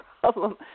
problem